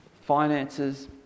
finances